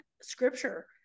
scripture